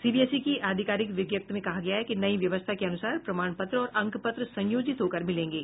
CBSE की आधिकारिक विज्ञप्ति में कहा गया है कि नई व्यवस्था के अनुसार प्रमाण पत्र और अंक पत्र संयोजित होकर मिलेंगे